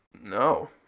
No